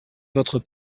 votre